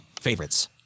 Favorites